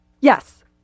Yes